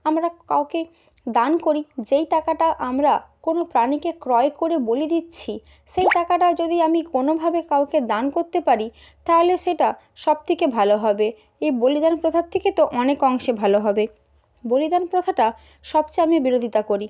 আমরা কাউকে দান করি যেই টাকাটা আমরা কোনও প্রাণীকে ক্রয় করে বলি দিচ্ছি সেই টাকাটা যদি আমি কোনোভাবে কাউকে দান করতে পারি তাহলে সেটা সবথেকে ভালো হবে এই বলিদান প্রথার থেকে তো অনেক অংশে ভালো হবে বলিদান প্রথাটা সবচেয়ে আমি বিরোধিতা করি